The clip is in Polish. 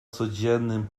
codziennym